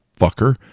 fucker